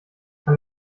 kann